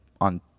on